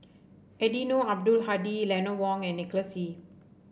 Eddino Abdul Hadi Eleanor Wong and Nicholas Ee